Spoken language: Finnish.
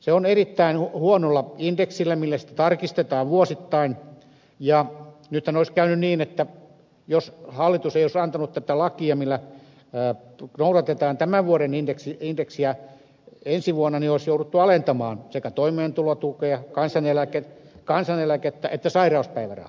sitä tarkistetaan erittäin huonolla indeksillä vuosittain ja nythän olisi käynyt niin että jos hallitus ei olisi antanut tätä lakia millä noudatetaan tämän vuoden indeksiä ensi vuonna olisi jouduttu alentamaan sekä toimeentulotukea kansaneläkettä että sairauspäivärahaa